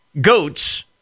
goats